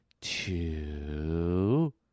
two